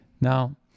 Now